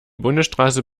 bundesstraße